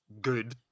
good